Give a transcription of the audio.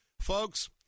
Folks